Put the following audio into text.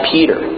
Peter